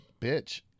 bitch